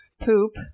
Poop